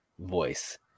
voice